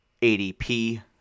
ADP